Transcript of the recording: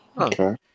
Okay